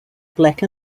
black